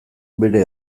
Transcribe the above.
bere